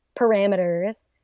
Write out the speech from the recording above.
parameters